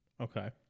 Okay